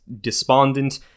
despondent